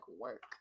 work